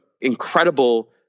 incredible